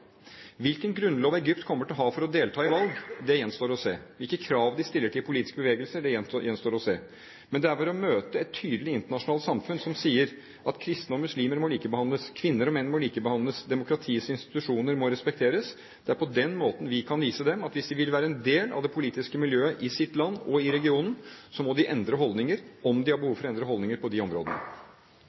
Hvilken grunnlov Egypt kommer til å ha for å delta i valg, gjenstår å se. Hvilke krav de stiller til politiske bevegelser, gjenstår å se. Men det er ved å møte et tydelig internasjonalt samfunn som sier at kristne og muslimer må likebehandles, kvinner og menn må likebehandles, demokratiets institusjoner må respekteres, at vi kan vise dem at hvis de vil være en del av det politiske miljøet i sitt land og i regionen, må de endre holdninger – om de har behov for å endre holdninger på de områdene.